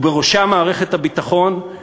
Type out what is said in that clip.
ובראשה מערכת הביטחון,